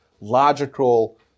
logical